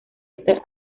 esta